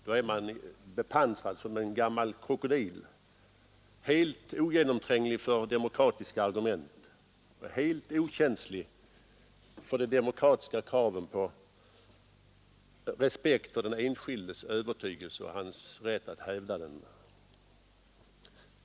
Då är man bepansrad som en gammal krokodil, helt ogenomtränglig för demokratiska argument och helt okänslig för de demokratiska kraven på respekt för den enskildes övertygelse och hans rätt att hävda den.